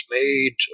made